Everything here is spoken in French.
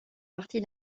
partie